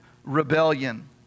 rebellion